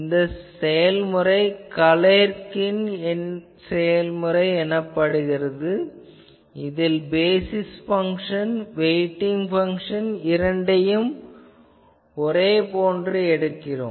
இந்த செயல்முறை கலேர்கின் செயல்முறை எனப்படுகிறது இதில் பேசிஸ் பங்ஷன் மற்றும் வெய்ட்டிங் பங்ஷன் இரண்டையும் ஒரே போன்று எடுக்கிறோம்